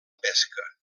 pesca